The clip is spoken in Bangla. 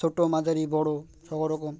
ছোটো মাঝারি বড়ো সব রকম